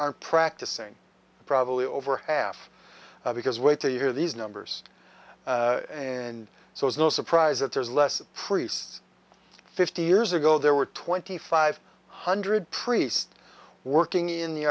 are practicing probably over half because wait to hear these numbers and so it's no surprise that there's less priests fifty years ago there were twenty five hundred priests working in the